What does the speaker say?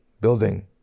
building